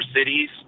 cities